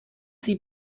sie